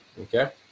Okay